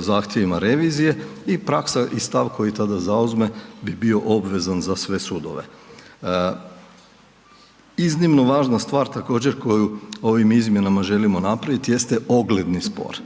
zahtjevima revizije i praksa i stav koji tada zauzme bi bio obvezan za sve sudove. Iznimno važna stvar također koju ovim izmjenama želimo napraviti jeste ogledni spor.